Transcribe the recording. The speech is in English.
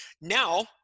now